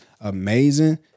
amazing